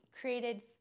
created